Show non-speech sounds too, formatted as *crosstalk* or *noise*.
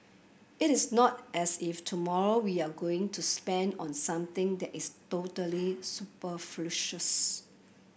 it is not as if tomorrow we are going to spend on something that is totally *unintelligible*